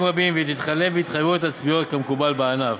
רבים והיא תתחלף בהתחייבויות עצמיות כמקובל בענף.